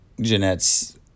Jeanette's